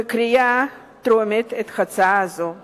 בקריאה לתמוך בהצעת חוק זו בקריאה טרומית.